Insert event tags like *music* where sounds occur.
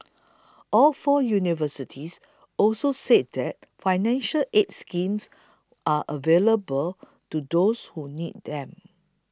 *noise* all four universities also said that financial aid schemes are available to those who need them